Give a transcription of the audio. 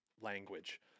language